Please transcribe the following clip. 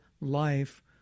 life